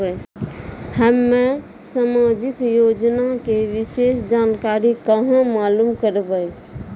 हम्मे समाजिक योजना के विशेष जानकारी कहाँ मालूम करबै?